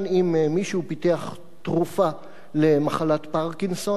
אם מישהו פיתח תרופה למחלת פרקינסון,